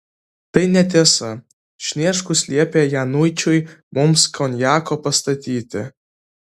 tai netiesa sniečkus liepė januičiui mums konjako pastatyti